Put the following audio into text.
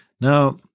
now